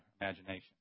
imagination